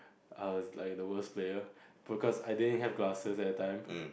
I was like the worst player because I didn't have classes at that time